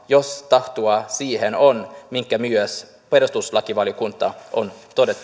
jos tahtoa siihen on minkä myös perustuslakivaliokunta on